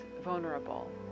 vulnerable